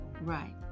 right